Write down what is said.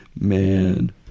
Man